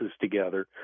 together